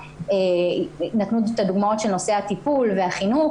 נתנו דוגמאות בנושא הטיפול והחינוך,